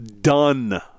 done